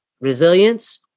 resilience